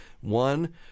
one